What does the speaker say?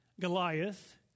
Goliath